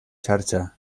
xarxa